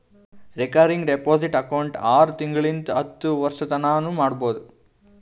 recurring deposit account ಆರು ತಿಂಗಳಿಂತ್ ಹತ್ತು ವರ್ಷತನಾನೂ ಮಾಡ್ಬೋದು